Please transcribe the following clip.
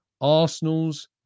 Arsenal's